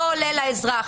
לא עולה לאזרח,